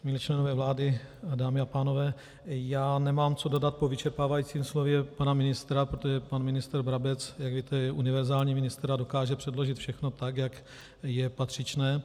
Vážení členové vlády, dámy a pánové, já nemám co dodat po vyčerpávajícím slově pana ministra, protože pan ministr Brabec, jak víte, je univerzální ministr a dokáže předložit všechno tak, jak je patřičné.